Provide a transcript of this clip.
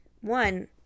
One